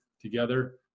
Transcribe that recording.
together